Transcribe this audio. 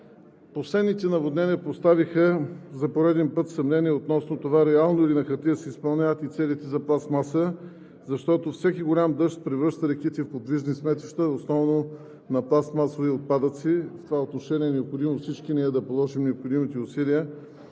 Последните наводнения поставиха за пореден път съмнение относно това реално или на хартия си изпълняват и целите за пластмаса, защото всеки голям дъжд превръща реките в подвижни сметища, основно на пластмасови отпадъци. В това отношение е необходимо всички ние да положим необходимите усилия